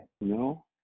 No